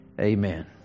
Amen